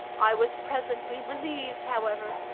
i was presently relieved, however,